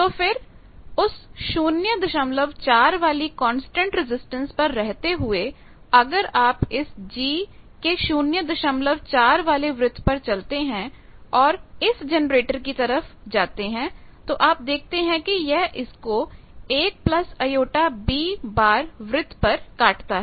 तो फिर उस 04 वाली कांस्टेंट रजिस्टेंस पर रहते हुए अगर आप इस G के 04 वाले वृत्त पर चलते हैं और इस जनरेटर की तरफ जाते हैं तो आप देखते हैं कि यह इसको 1 j B वृत्त पर काटता है